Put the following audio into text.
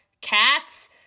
cats